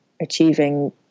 achieving